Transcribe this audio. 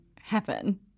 happen